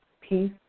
peace